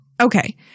okay